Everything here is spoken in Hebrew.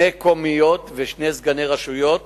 מקומיות ושני סגני ראשי רשויות